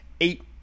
eight